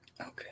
Okay